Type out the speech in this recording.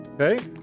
okay